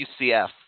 UCF